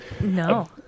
No